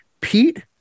pete